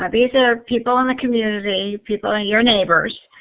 um these are people in the community, people, your neighbors,